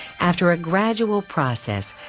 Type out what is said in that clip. after a gradual process,